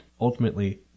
ultimately